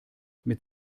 mit